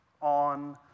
on